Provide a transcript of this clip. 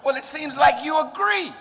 well it seems like you agree